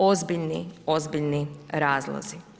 Ozbiljni, ozbiljni razlozi.